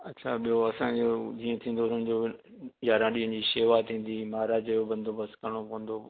अच्छा ॿियो असांजो जीअं थींदो पंहिंजो यारहं ॾियनि जी शेवा थींदी महाराज जो बंदोबस्तु करणो पवंदो